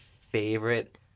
favorite